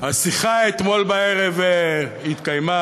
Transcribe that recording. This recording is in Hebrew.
השיחה אתמול בערב התקיימה.